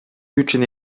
үчүн